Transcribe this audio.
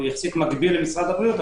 הוא יחסית מקביל למשרד הבריאות,